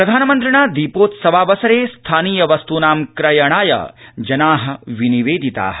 प्रधानमन्त्रिणा दीपेत्सवावसरे स्थानीय वस्तुनां क्रयणाय जना विनिवेदिता